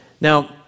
Now